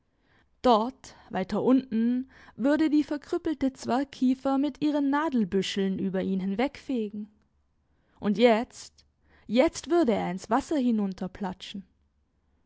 dort weiter unten würde die verkrüppelte zwergkiefer mit ihren nadelbüscheln über ihn hinwegfegen und jetzt jetzt würde er ins wasser